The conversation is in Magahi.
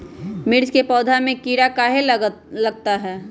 मिर्च के पौधा में किरा कहे लगतहै?